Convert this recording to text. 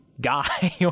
guy